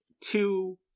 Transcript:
two